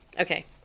Okay